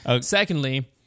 Secondly